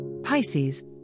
Pisces